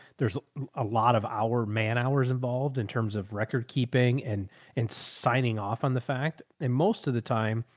there's a lot of our man hours involved in terms of record keeping and and signing off on the fact. and most of the time,